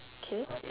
K